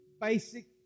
basic